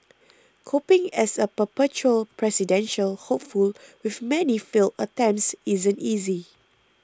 coping as a perpetual presidential hopeful with many failed attempts isn't easy